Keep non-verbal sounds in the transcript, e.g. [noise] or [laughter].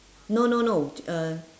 no no no [noise] uh